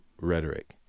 rhetoric